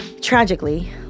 Tragically